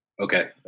Okay